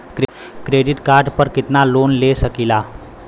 Credit card पर कितनालोन ले सकीला?